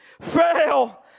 fail